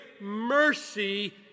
mercy